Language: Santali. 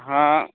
ᱦᱟᱸ